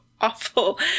awful